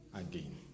again